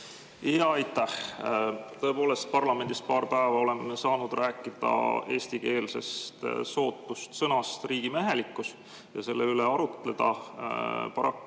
Jaa, aitäh! Tõepoolest, parlamendis oleme paar päeva saanud rääkida eestikeelsest sootust sõnast "riigimehelikkus"ja selle üle arutleda. Paraku